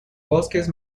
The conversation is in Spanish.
bosques